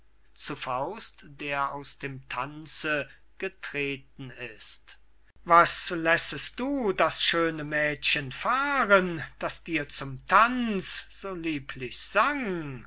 faust der aus dem tanz getreten ist was lässest du das schöne mädchen fahren das dir zum tanz so lieblich sang